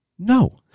No